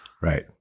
Right